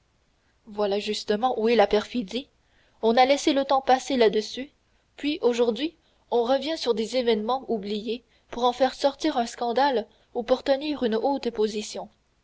voilà justement où est la perfidie on a laissé le temps passer là-dessus puis aujourd'hui on revient sur des événements oubliés pour en faire sortir un scandale qui peut ternir une haute position